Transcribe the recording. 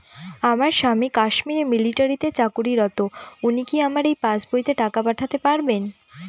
আমার স্বামী কাশ্মীরে মিলিটারিতে চাকুরিরত উনি কি আমার এই পাসবইতে টাকা পাঠাতে পারবেন?